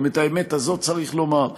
גם את האמת הזאת צריך לומר,